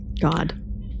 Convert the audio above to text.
God